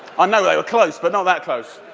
ah know they were close, but not that close.